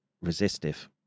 resistive